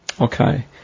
Okay